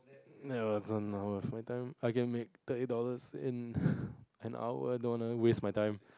ya I don't know for my time I can make the eight dollars in an hour don't want waste my time